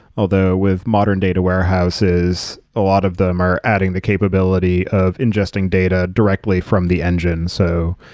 although with modern data warehouses, a lot of them are adding the capability of ingesting data directly from the engines. so,